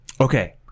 okay